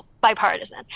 bipartisan